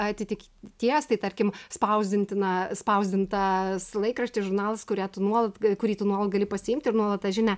atitikties tai tarkim spausdintina spausdintas laikraštis žurnalas kurią tu nuolat kurį tu nuolat gali pasiimti ir nuolat tą žinią